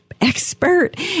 expert